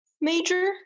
major